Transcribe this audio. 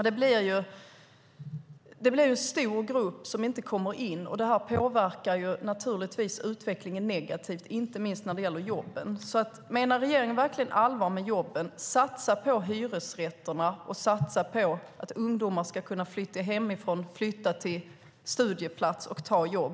Det blir en stor grupp som inte kommer in på bostadsmarknaden, och det påverkar naturligtvis utvecklingen negativt, inte minst när det gäller jobben. Menar regeringen verkligen allvar med jobben, satsa då på hyresrätterna och satsa på att ungdomar ska kunna flytta hemifrån, flytta till en studieplats och ta jobb!